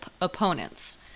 opponents